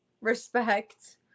respect